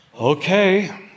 okay